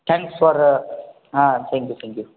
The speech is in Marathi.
थँक्स फॉर अ हा थँक्यू थँक्यू